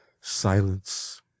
silence—